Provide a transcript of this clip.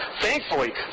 Thankfully